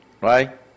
Right